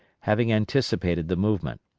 having anticipated the movement.